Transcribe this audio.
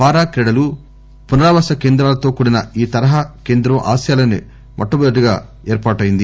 పారా క్రీడలు పునరావాస కేంద్రాలతో కూడిన ఈ తరహా కేంద్రం ఆసియాలోసే మొట్లమొదటగా ఏర్పాటు అయింది